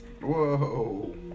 Whoa